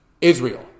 Israel